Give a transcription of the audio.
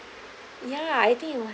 yeah I think it was